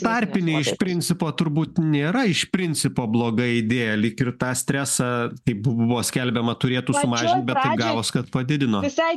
tarpiniai principo turbūt nėra iš principo blogai idėja lyg ir tą stresą kaip buvo skelbiama turėtų sumažinti bet gavosi kad padidino